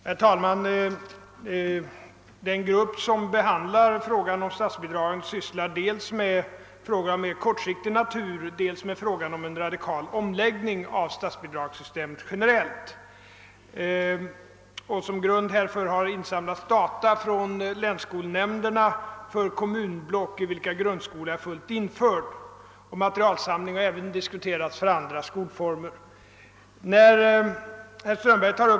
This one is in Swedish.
Herr talman! Den arbetsgrupp som sysslar med statsbidragen överväger dels frågor av kortsiktig natur, dels frågan om en radikal och generell omläggning av statsbidragen. Som grund härför har data insamlats från länsskolnämnderna i kommunblock, där grund: skolan är fullt införd. Sådan materialinsamling har även diskuterats när det gäller andra skolformer.